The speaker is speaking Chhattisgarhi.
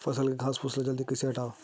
फसल के घासफुस ल जल्दी कइसे हटाव?